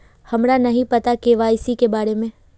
हमरा नहीं पता के.वाई.सी के बारे में?